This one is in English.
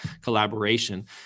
collaboration